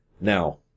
Now